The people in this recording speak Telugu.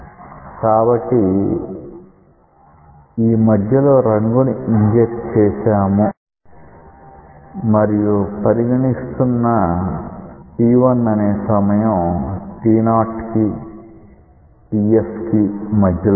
కాబట్టి ఈ మధ్యలో రంగుని ఇంజెక్ట్ చేసాము మరియు పరిగణిస్తున్న t1 అనే సమయం t0 కి tf కి మధ్యలో ఉంటుంది